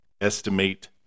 estimate